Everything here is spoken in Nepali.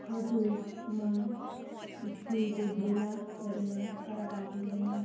हजुर म स्कुलको भेलाहरूमा सहभागी हुनु